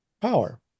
power